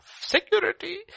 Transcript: security